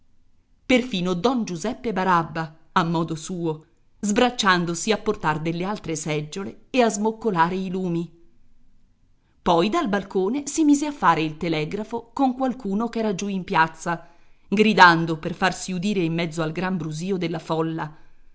perfino don giuseppe barabba a modo suo sbracciandosi a portar delle altre seggiole e a smoccolare i lumi poi dal balcone si mise a fare il telegrafo con qualcuno ch'era giù in piazza gridando per farsi udire in mezzo al gran brusìo della folla